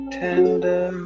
tender